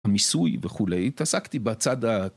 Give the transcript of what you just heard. ‫המיסוי וכולי, התעסקתי בצד ה...